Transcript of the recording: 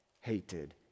hated